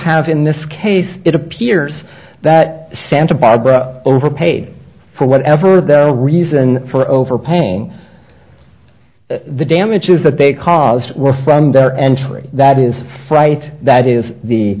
have in this case it appears that santa barbara overpaid for whatever their reason for overpaying the damages that they caused were from their entry that is right that is the